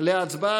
הכנסת נתנה